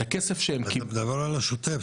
את הכסף שהם קיבלו --- אתה מדבר על השוטף,